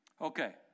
Okay